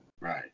Right